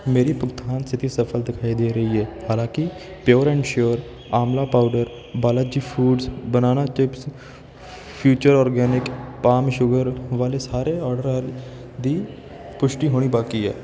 ਮੇਰੀ ਭੁਗਤਾਨ ਸਥਿਤੀ ਸਫਲ ਦਿਖਾਈ ਦੇ ਰਹੀ ਹੈ ਹਾਲਾਂਕਿ pure and sure amla powder Balaji foods banana chips future organic palm sugar ਵਾਲੇ ਸਾਰੇ ਆਰਡਰ ਦੀ ਪੁਸ਼ਟੀ ਹੋਣੀ ਬਾਕੀ ਹੈ